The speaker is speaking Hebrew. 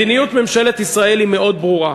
מדיניות ממשלת ישראל מאוד ברורה: